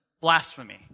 blasphemy